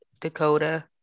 dakota